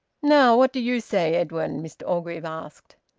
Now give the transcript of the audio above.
now what do you say, edwin? mr orgreave asked.